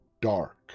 dark